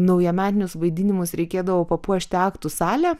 naujametinius vaidinimus reikėdavo papuošti aktų salę